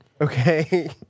Okay